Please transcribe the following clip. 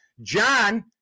John